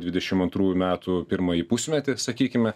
dvidešimt antrųjų metų pirmąjį pusmetį sakykime